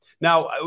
Now